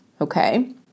Okay